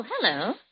hello